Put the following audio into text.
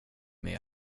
med